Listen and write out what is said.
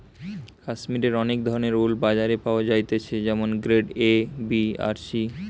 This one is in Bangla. কাশ্মীরের অনেক ধরণের উল বাজারে পাওয়া যাইতেছে যেমন গ্রেড এ, বি আর সি